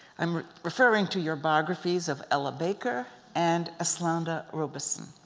i'm referring to your biographies of ella baker and eslanda robeson.